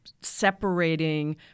separating